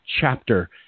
chapter